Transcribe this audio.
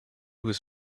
was